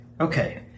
Okay